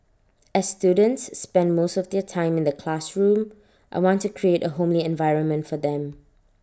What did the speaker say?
as students spend most of their time in the classroom I want to create A homely environment for them